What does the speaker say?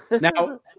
Now